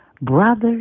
brothers